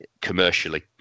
commercially